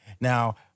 Now